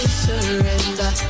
surrender